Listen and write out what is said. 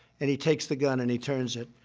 and he takes the gun and he turns it.